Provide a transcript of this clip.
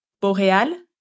Boreal